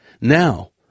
Now